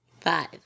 Five